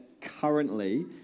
currently